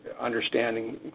understanding